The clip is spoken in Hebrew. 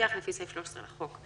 המפקח לפי סעיף 13 לחוק.